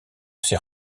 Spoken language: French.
ses